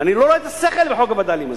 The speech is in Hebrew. ואני לא רואה את השכל בחוק הווד”לים הזה.